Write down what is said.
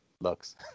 looks